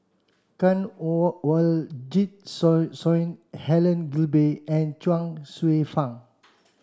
Kanwaljit Soin Helen Gilbey and Chuang Hsueh Fang